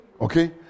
Okay